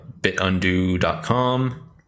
bitundo.com